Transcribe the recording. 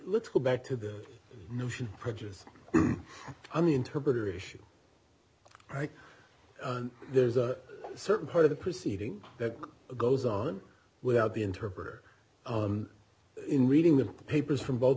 let's go back to the notion prejudice on the interpreter issue right there's a certain part of the proceeding that goes on without the interpreter in reading the papers from both